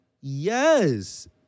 Yes